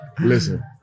Listen